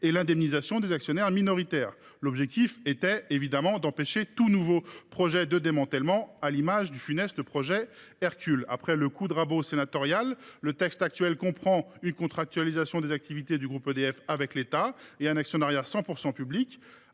et l’indemnisation des actionnaires minoritaires. L’objectif était évidemment d’empêcher tout nouveau projet de démantèlement, à l’image du funeste projet Hercule. Après le coup de rabot sénatorial, le texte actuel prévoit une contractualisation des activités du groupe EDF avec l’État et un actionnariat 100 % public.